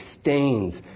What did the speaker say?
stains